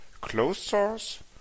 closed-source